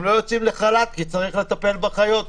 הם לא יוצאים לחל"ת כי צריך לטפל בחיות.